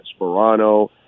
Sperano